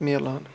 میلان